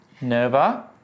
Nova